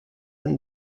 anne